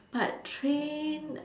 but train